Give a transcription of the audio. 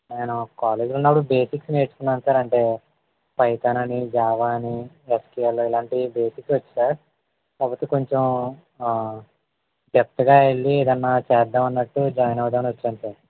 నేను కాలేజిలో ఉన్నపుడు బేసిక్స్ నేర్చుకున్నాను సార్ అంటే పైతాన్ అని జావా అని ఎస్క్యూఎల్ ఇలాంటివి బేసిక్స్ వచ్చు సార్ కాకపోతే కొంచెం డెప్త్గా వెళ్ళి ఏదయినా చేద్దాం అన్నట్టు జాయిన్ అవుదామని వచ్చాను సార్